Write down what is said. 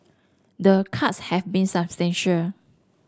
the cuts have been substantial